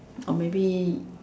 or maybe